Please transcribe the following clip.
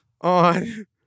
on